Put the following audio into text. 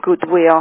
goodwill